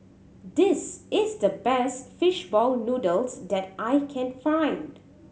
this is the best fish ball noodles that I can find